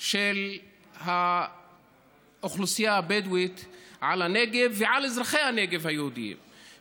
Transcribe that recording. של האוכלוסייה הבדואית על הנגב ועל אזרחי הנגב היהודים,